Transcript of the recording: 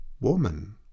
woman